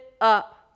up